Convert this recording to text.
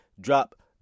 drop